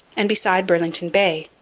and beside burlington bay,